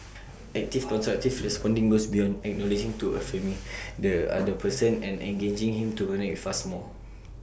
active constructive responding goes beyond acknowledging to affirming the other person and engaging him to connect with us more